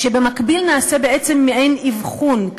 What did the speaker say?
ובמקביל ייעשה בעצם מעין אבחון,